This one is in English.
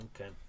Okay